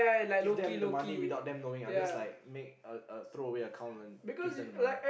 give them the money without them knowing I just like make like a throw away account and give them the money